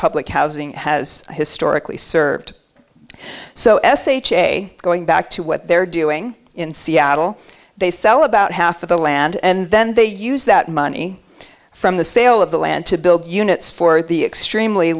public housing has historically served so sh a going back to what they're doing in seattle they sell about half of the land and then they use that money from the sale of the land to build units for the extremely